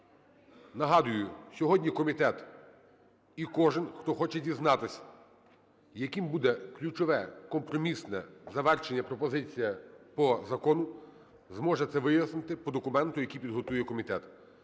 Нагадую, сьогодні комітет і кожен, хто хоче дізнатися, якою буде ключова компромісна завершена пропозиція по закону, зможе це вияснити по документу, який підготує комітет.